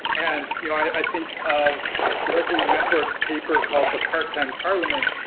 and you know i think of leslie lamport's paper called the part-time parliament,